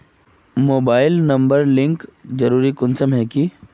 Mobile number link जरुरी कुंसम है की?